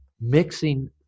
mixing